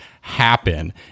happen